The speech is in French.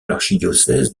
l’archidiocèse